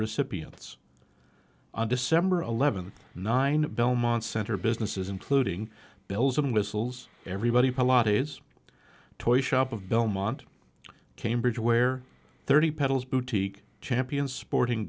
recipients on december eleventh nine belmont center businesses including bells and whistles everybody is toyshop of belmont cambridge where thirty pedals boutique champion sporting